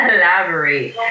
Elaborate